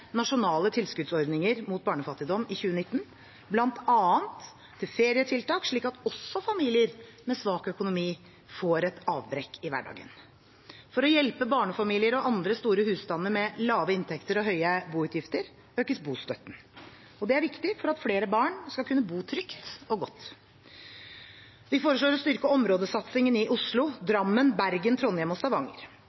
nasjonale tilskuddsordninger mot barnefattigdom i 2019, bl.a. til ferietiltak slik at også familier med svak økonomi får et avbrekk i hverdagen. For å hjelpe barnefamilier og andre store husstander med lave inntekter og høye boutgifter økes bostøtten. Det er viktig for at flere barn skal kunne bo trygt og godt. Vi foreslår å styrke områdesatsingen i Oslo,